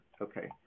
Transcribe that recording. Okay